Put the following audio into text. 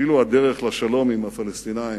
לשלום עם הפלסטינים